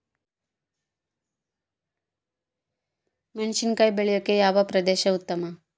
ಮೆಣಸಿನಕಾಯಿ ಬೆಳೆಯೊಕೆ ಯಾವ ಪ್ರದೇಶ ಉತ್ತಮ?